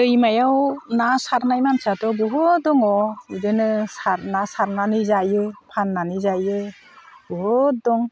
दैमायाव ना सारनाय मानसियाथ' बहुद दङ बिदिनो ना सारनानै जायो फाननानै जायो बहुद दं